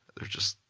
they're just.